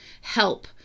help